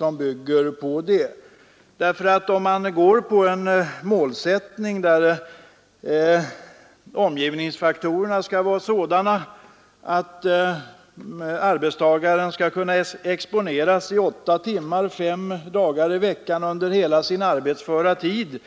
Jag undrar om det är tillräckligt med målsättningen att omgivningsfaktorerna skall vara sådana att arbetstagaren kan exponeras åtta timmar om dagen under fem dagar i veckan under hela sin arbetsföra tid